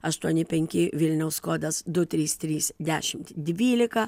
aštuoni penki vilniaus kodas du trys trys dešimt dvylika